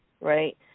Right